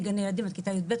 מגני ילדים עד כיתה י"ב,